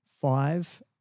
five